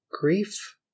grief